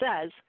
says